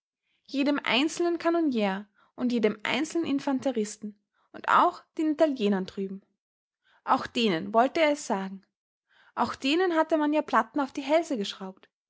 jedem einzelnen kanonier und jedem einzelnen infanteristen und auch den italienern drüben auch denen wollte er es sagen auch denen hatte man ja platten auf die hälse geschraubt